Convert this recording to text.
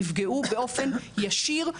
יפגעו באופן ישיר,